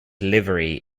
livery